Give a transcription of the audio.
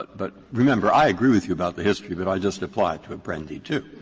but remember, i agree with you about the history, but i just apply to apprendi, too.